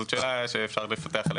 זו שאלה שאפשר לפתח.